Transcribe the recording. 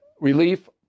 relief